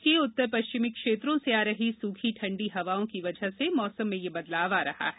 देश के उत्तर पश्चिमी क्षेत्रों से आ रही सूखी ठंडी हवाओं की वजह से मौसम में यह बदलाव आ रहा है